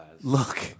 look